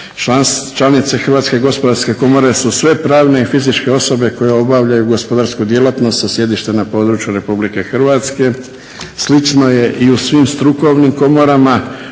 članice Hrvatske gospodarske komore su sve pravne i fizičke osobe koje obavljaju gospodarsku djelatnost sa sjedištem na području RH. Slično je i u svim strukovnim komora